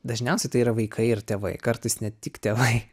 dažniausiai tai yra vaikai ir tėvai kartais net tik tėvai